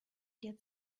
get